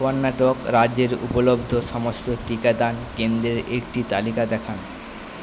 কর্ণাটক রাজ্যের উপলব্ধ সমস্ত টিকাদান কেন্দ্রের একটি তালিকা দেখান